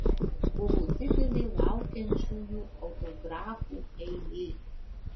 buvo didelė laukiančiųjų autografų eilė